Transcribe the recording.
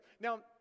Now